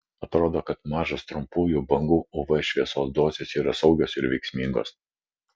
atrodo kad mažos trumpųjų bangų uv šviesos dozės yra saugios ir veiksmingos